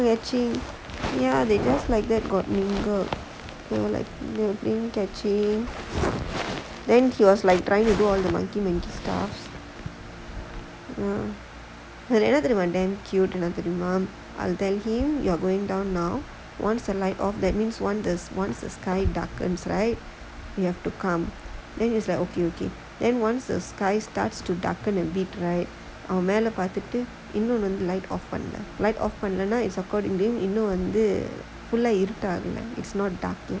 legit ya they just like that playing catching then he was like trying to go all the monkey bar and staff இதுல என்ன தெரியுமா:ithula enna theriyumaa cute என்ன தெரியுமா:enna theriyumaa we are going down now so once the light off once the sky darken we have to go now he is like okay அவன் மேல பாத்துட்டு இன்னும்:avan mela paathuttu innum light off பண்ணல:pannala um பண்ணலேன்னா:pannalaennaa hmm இன்னும் வந்து:innum vanthu full ah இருட்டு ஆகல:iruttu aagala